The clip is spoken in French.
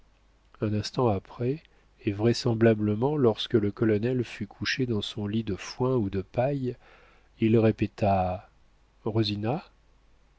un instant après et vraisemblablement lorsque le colonel fut couché dans son lit de foin ou de paille il répéta rosina